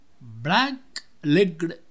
black-legged